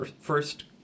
first